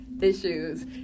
issues